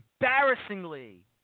embarrassingly